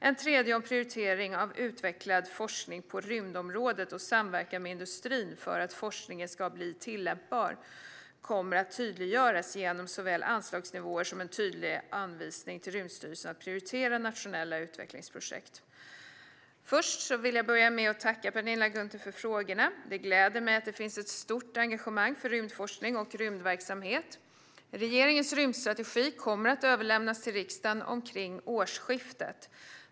En tredje fråga berör prioriteringen av utvecklad forskning på rymdområdet och samverkan med industrin för att forskningen ska bli tillämpbar kommer att tydliggöras genom såväl anslagsnivåer som en tydlig anvisning till Rymdstyrelsen att prioritera nationella utvecklingsprojekt. Först vill jag tacka Penilla Gunther för frågorna. Det gläder mig att det finns ett stort engagemang för rymdforskning och rymdverksamhet. Regeringens rymdstrategi kommer att överlämnas till riksdagen omkring årsskiftet.